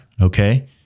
Okay